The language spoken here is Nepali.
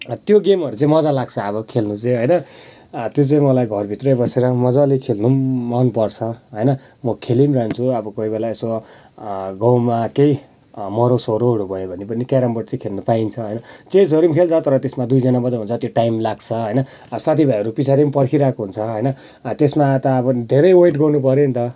त्यो गेमहरू चाहिँ मजा लाग्छ अब खेल्नु चाहिँ होइन त्यो चाहिँ मलाई घरभित्रै बसेर मजाले खेल्नु पनि मनपर्छ होइन म खेलि पनि रहन्छु अब कोही बेला यसो गउँमा केही मराउ सरौहरू भयो भने पनि क्यारम बोर्ड चाहिँ खेल्नु पाइन्छ होइन चेसहरू पनि खेल्छ तर त्यसमा दुईजना मात्र हुन्छ त्यो टाइम लाग्छ होइन साथी भाइहरू पछाडि पनि पर्खिरहेको हुन्छ होइन त्यसमा त अब धेरै वेट गर्नु पऱ्यो नि त